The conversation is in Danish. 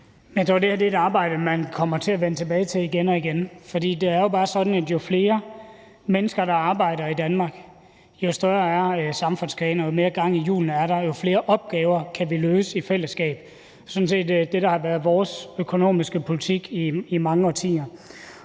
her er et arbejde, man kommer til at vende tilbage til igen og igen, fordi det jo bare er sådan, at jo flere mennesker der arbejder i Danmark, jo større er samfundskagen, og jo mere gang i hjulene er der, og jo flere opgaver kan vi løse i fællesskab. Det er sådan set det, der har været vores økonomiske politik i mange årtier.